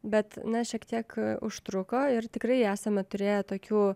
bet na šiek tiek užtruko ir tikrai esame turėję tokių